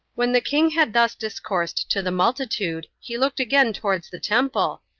when the king had thus discoursed to the multitude, he looked again towards the temple,